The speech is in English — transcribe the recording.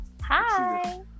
Hi